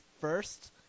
first